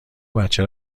بچه